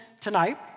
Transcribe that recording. tonight